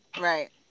Right